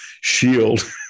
shield